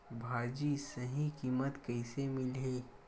भाजी सही कीमत कइसे मिलही?